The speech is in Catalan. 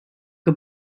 que